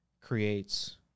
creates